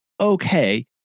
okay